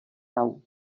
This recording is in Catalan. grau